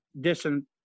distant